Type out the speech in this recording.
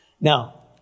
Now